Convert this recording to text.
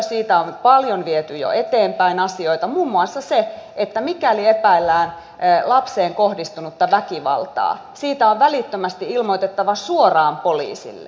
siitä on paljon viety jo eteenpäin asioita muun muassa se että mikäli epäillään lapseen kohdistunutta väkivaltaa siitä on välittömästi ilmoitettava suoraan poliisille